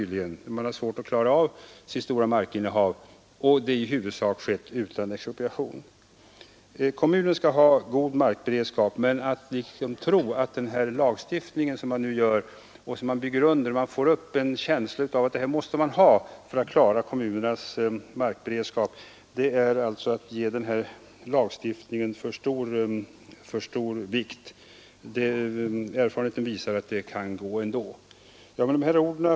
Där har man svårt att klara sitt stora markinnehav, som i huvudsak anskaffats utan expropriation. Kommunerna skall ha god markberedskap, men att tro att de måste ha den här lagstiftningen för att kunna klara den är att tillmäta denna lag en för stor vikt. Erfarenheten visar att det kan gå ändå Fru talman!